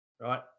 right